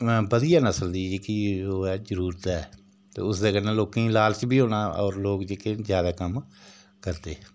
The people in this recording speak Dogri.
बधियै नसल दी जेह्की ओह् ऐ जरूरत ऐ ते उसदे कन्नै लोकें गी लालच बी होना होर लोक जेह्के ज्यादा कम्म करदे